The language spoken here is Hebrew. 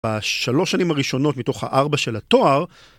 בשלוש שנים הראשונות מתוך הארבע של התואר.